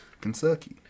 Kentucky